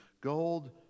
gold